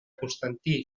constantí